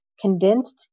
condensed